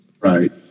Right